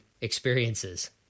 experiences